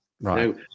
right